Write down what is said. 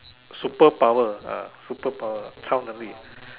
superpower ah superpower 超能力